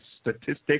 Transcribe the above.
statistics